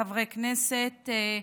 חברי כנסת,